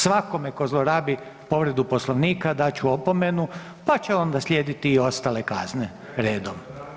Svakome tko zlorabi povredu Poslovnika dat ću opomenu, pa će onda slijediti i ostale kazne redom.